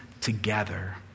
together